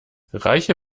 reiche